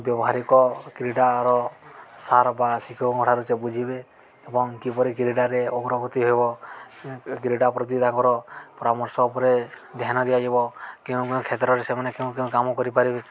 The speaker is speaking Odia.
ବ୍ୟବହାରିକ କ୍ରୀଡ଼ାର ସାର୍ ବା ଶିକ୍ଷକଙ୍କ ଠାରୁ ସେ ବୁଝିବେ ଏବଂ କିପରି କ୍ରୀଡ଼ାରେ ଅଗ୍ରଗତି ହେବ କ୍ରୀଡ଼ା ପ୍ରତି ତାଙ୍କର ପରାମର୍ଶ ଉପରେ ଧ୍ୟାନ ଦିଆଯିବ କେଉଁ କେଉଁ କ୍ଷେତ୍ରରେ ସେମାନେ କେଉଁ କେଉଁ କାମ କରିପାରିବେ